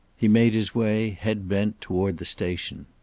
he made his way, head bent, toward the station.